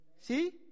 See